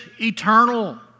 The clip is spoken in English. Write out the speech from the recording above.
eternal